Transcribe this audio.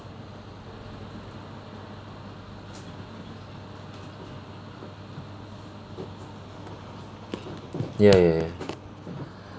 ya ya ya